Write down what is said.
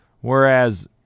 whereas